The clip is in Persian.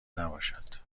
نباشد